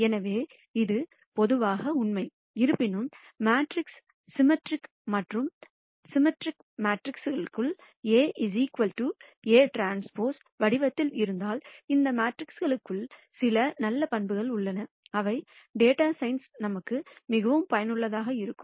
எனவே இது பொதுவாக உண்மை இருப்பினும் மேட்ரிக்ஸ் சிம்மெட்ரிக் மற்றும் சிம்மெட்ரிக் மேட்ரிக்ஸ்க்குகள் A Aᵀ வடிவத்தில் இருந்தால் இந்த மேட்ரிக்ஸ்க்குகளுக்கு சில நல்ல பண்புகள் உள்ளன அவை டேட்டா சயின்ஸ் நமக்கு மிகவும் பயனுள்ளதாக இருக்கும்